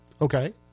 okay